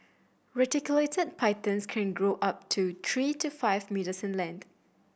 reticulated pythons can grow up to three to five metres in length